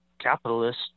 capitalist